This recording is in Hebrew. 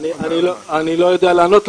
אני לא יודע לענות,